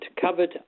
covered